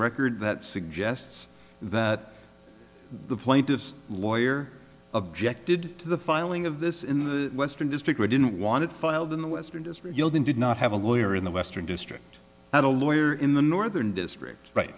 record that suggests that the plaintiff's lawyer objected to the filing of this in the western district we didn't want it filed in the western world in did not have a lawyer in the western district had a lawyer in the northern district right